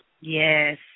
Yes